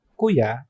kuya